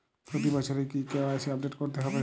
প্রতি বছরই কি কে.ওয়াই.সি আপডেট করতে হবে?